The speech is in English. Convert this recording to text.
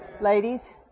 Ladies